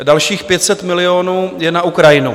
Dalších 500 milionů je na Ukrajinu.